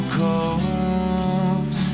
cold